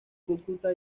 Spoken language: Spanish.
cúcuta